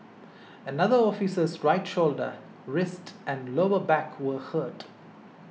another officer's right shoulder wrist and lower back were hurt